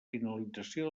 finalització